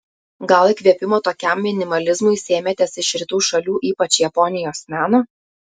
gal įkvėpimo tokiam minimalizmui sėmėtės iš rytų šalių ypač japonijos meno